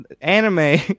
anime